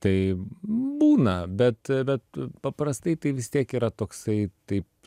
tai būna bet bet paprastai tai vis tiek yra toksai taip